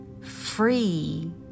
free